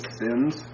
sins